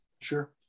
Sure